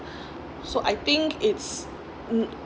so I think it's